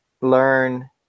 learn